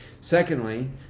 Secondly